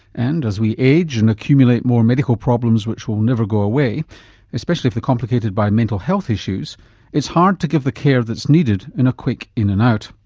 and as we age and accumulate more medical problems which will never go away especially if they're complicated by mental health issues it's hard to give the care that's needed in a quick in and out.